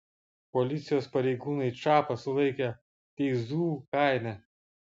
policijos pareigūnai čapą sulaikė teizų kaime